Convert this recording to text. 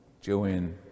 Joanne